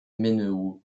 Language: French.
menehould